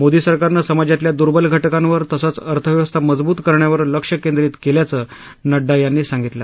मोदी सरकारनं समाजातल्या दुर्बल घटकांवर तसंच अर्थव्यवस्था मजबूत करण्यावर लक्ष केंद्रीत केल्याचं नड्डा यांनी सांगितलं